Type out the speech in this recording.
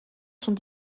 sont